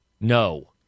No